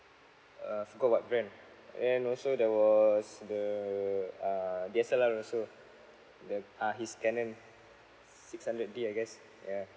uh forgot what brand and also there was the uh D_S_L_R also the ah his canon six hundred D I guess yeah